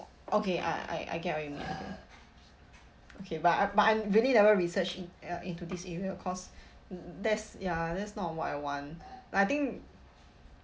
okay I I I get what you mean okay okay but I'm but I'm really never research in uh into this area cause that's ya that's not what I want like I think